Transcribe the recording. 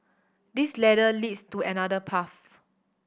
this ladder leads to another path